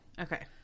Okay